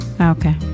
Okay